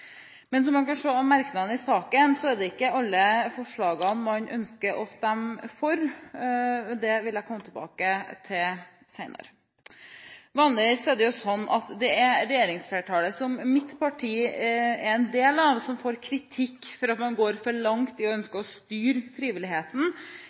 Men som man kan se av merknadene i saken, er det ikke alle forslagene man ønsker å stemme for. Det vil jeg komme tilbake til senere. Vanligvis er det slik at det regjeringsflertallet som mitt parti er del av, får kritikk for at man går for langt i å ønske